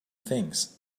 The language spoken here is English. things